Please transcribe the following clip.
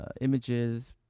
images